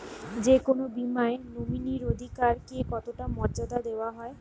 যে কোনো বীমায় নমিনীর অধিকার কে কতটা মর্যাদা দেওয়া হয়?